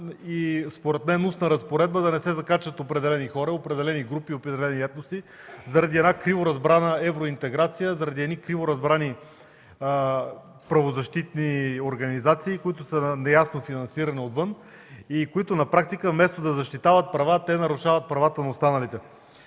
и според мен устна разпоредба да не се закачат определени хора, групи и етноси заради криворазбрана евроинтеграция, криво разбрани правозащитни организации, които са с неясно финансиране отвън и които на практика вместо да защитават права, нарушават правата на останалите.